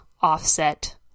offset